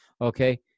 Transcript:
Okay